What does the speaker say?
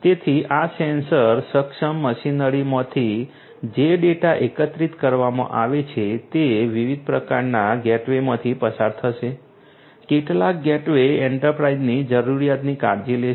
તેથી આ સેન્સર સક્ષમ મશીનરીમાંથી જે ડેટા એકત્રિત કરવામાં આવે છે તે વિવિધ પ્રકારના ગેટવેમાંથી પસાર થશે કેટલાક ગેટવે એન્ટરપ્રાઇઝની જરૂરિયાતની કાળજી લેશે